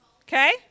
okay